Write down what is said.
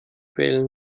wählen